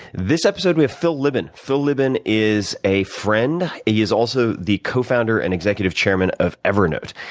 this episode, we have phil libin. phil libin is a friend. he is also the co-founder and executive chairman of evernote.